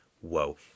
whoa